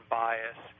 bias